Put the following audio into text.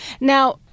Now